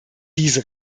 diese